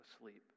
asleep